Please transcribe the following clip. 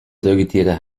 säugetiere